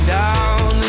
down